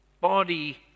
body